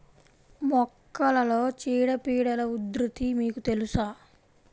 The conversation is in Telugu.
మొక్కలలో చీడపీడల ఉధృతి మీకు తెలుసా?